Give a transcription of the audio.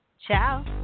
Ciao